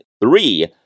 three